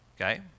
Okay